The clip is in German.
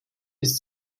ist